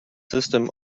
system